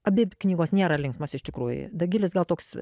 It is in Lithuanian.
abi knygos nėra linksmos iš tikrųjų dagilis gal toks